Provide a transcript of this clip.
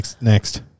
next